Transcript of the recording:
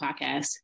Podcast